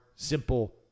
Simple